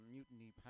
Mutiny